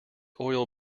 oil